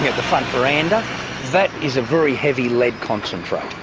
the front veranda that is a very heavy lead concentrate,